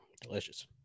Delicious